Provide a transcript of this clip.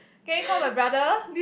can you call my brother